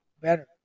better